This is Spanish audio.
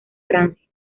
francia